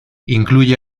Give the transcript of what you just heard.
incluye